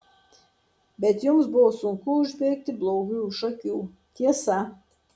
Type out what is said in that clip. bet jums buvo sunku užbėgti blogiui už akių tiesa